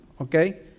okay